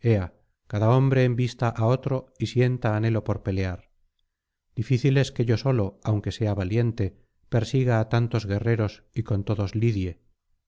cada hombre embista á otro y sienta anhelo por pelear difícil es que yo solo aunque sea valiente persiga á tantos guerreros y con todos lidie